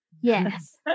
yes